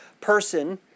person